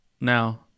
now